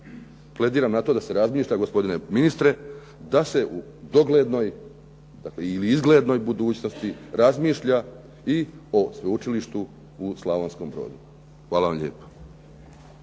plediram na to da se razmišlja gospodine ministre da se u doglednoj dakle ili izglednoj budućnosti razmišlja i o sveučilištu u Slavonskom Brodu. Hvala vam lijepa.